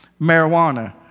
marijuana